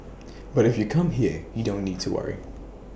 but if you come here you don't need to worry